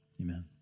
Amen